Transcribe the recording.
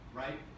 right